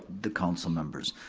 the council members.